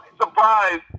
surprise